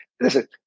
Listen